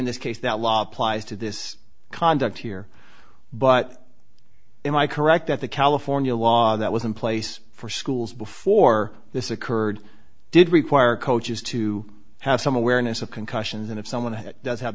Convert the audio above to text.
g this case that law applies to this conduct here but am i correct that the california law that was in place for schools before this occurred did require coaches to have some awareness of concussions and if someone does have